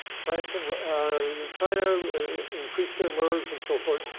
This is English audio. france and china increase their mirvs and so forth.